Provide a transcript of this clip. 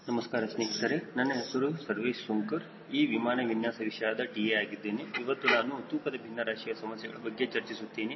ನಮಸ್ಕಾರ ಸ್ನೇಹಿತರೆ ನನ್ನ ಹೆಸರು ಸರ್ವೇಶ್ ಸೋಂಕರ್ ಈ ವಿಮಾನ ವಿನ್ಯಾಸ ವಿಷಯದ TA ಆಗಿದ್ದೇನೆ ಇವತ್ತು ನಾನು ತೂಕದ ಬಿನ್ನರಾಶಿಯ ಸಮಸ್ಯೆಗಳ ಬಗ್ಗೆ ಚರ್ಚಿಸುತ್ತೇನೆ